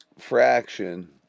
fraction